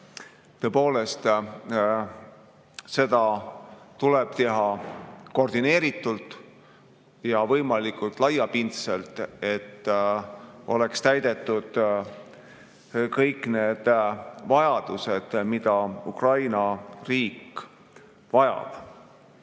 Tõepoolest, seda tuleb teha koordineeritult ja võimalikult laiapindselt, et oleks täidetud kõik need vajadused, mida Ukraina riik vajab. Ma